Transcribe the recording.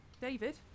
David